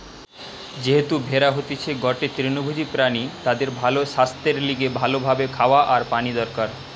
যেহেতু ভেড়া হতিছে গটে তৃণভোজী প্রাণী তাদের ভালো সাস্থের লিগে ভালো ভাবে খাওয়া আর পানি দরকার